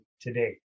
today